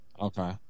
Okay